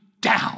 down